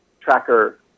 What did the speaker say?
Tracker